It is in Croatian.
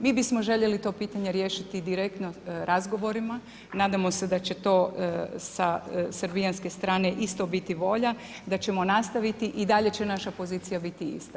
Mi bismo željeli to pitanje riješiti direktno razgovorima, nadamo se da će to sa srbijanske strane isto biti volja, da ćemo nastaviti i dalje će naša pozicija biti ista.